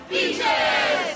Beaches